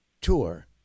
tour